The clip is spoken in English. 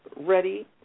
ready